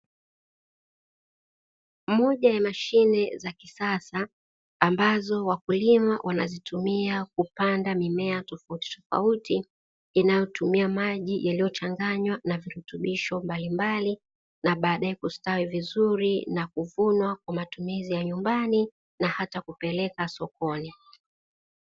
Moja ya mashine za kisasa ambazo wakulima wanazitumia kupanda mimea tofauti tofauti inayotumia maji yaliyochanganywa na virutubisho mbalimbali na baadaye kustawi vizuri na kuvunwa kwa matumizi ya nyumbani na hata kupeleka sokoni."